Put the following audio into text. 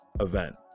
event